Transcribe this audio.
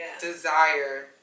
desire